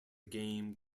game